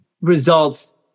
results